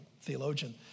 theologian